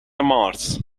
مارس